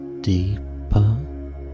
deeper